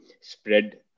spread